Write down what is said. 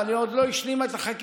אבל היא עוד לא השלימה את החקיקה,